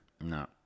No